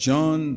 John